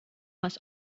must